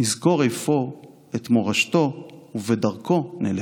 נזכור אפוא את מורשתו ובדרכו נלך.